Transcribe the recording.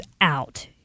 out